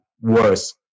worse